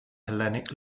hellenic